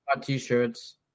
t-shirts